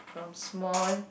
from small